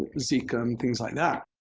ah zika and things like that.